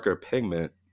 pigment